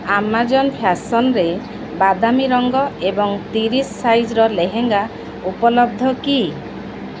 Amazon ଫ୍ୟାଶନ୍ରେ ବାଦାମୀ ରଙ୍ଗ ଏବଂ ତିରିଶ ସାଇଜ୍ର ଲେହେଙ୍ଗା ଉପଲବ୍ଧ କି